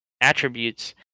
attributes